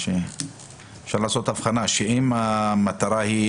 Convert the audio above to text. אם המטרה היא